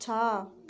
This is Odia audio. ଛଅ